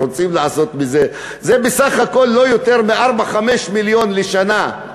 זה בסך הכול לא יותר מ-4 5 מיליון לשנה.